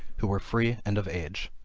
who were free, and of age.